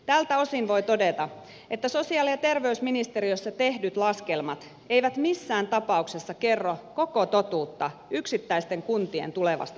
tältä osin voi todeta että sosiaali ja terveysministeriössä tehdyt laskelmat eivät missään tapauksessa kerro koko totuutta yksittäisten kuntien tulevasta tilanteesta